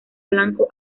blanco